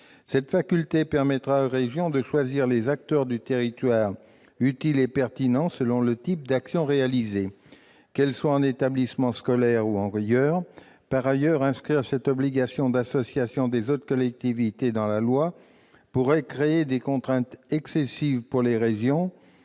Cette faculté permettra aux régions de choisir les acteurs du territoire utiles et pertinents selon le type d'actions réalisées, qu'elles soient organisées en établissement scolaire ou ailleurs. Inscrire cette obligation d'association des autres collectivités dans la loi pourrait créer des contraintes excessives pour les régions